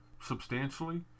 substantially